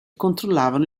controllavano